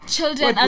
children